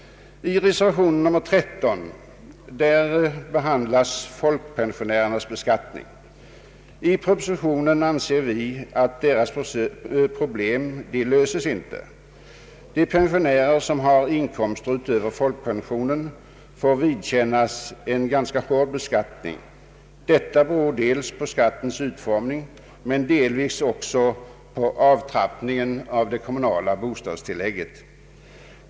I reservationen 13 behandlas folkpensionärernas beskattning. Vi anser att deras problem inte löses genom propositionens förslag. De pensionärer som har inkomster utöver folkpensionen får vidkännas en ganska hård beskattning. Detta beror dels på skattens utformning, dels också på avtrappningen av det kommunala bostadstillägget.